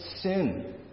sin